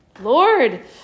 Lord